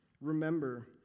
Remember